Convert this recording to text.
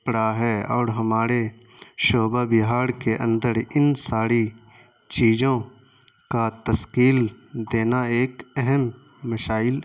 پڑا ہے اور ہمارے شعبہ بہار کے اندر ان ساری چیزوں کا تشکیل دینا ایک اہم مشائل